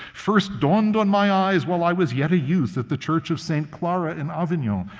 first dawned on my eyes while i was yet a youth at the church of saint clara in avignon,